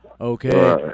Okay